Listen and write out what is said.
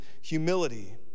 humility